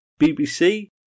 BBC